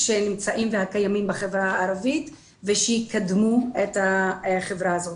שנמצאים והקיימים בחברה הערבית ושיקדמו את החברה הזאת.